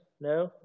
No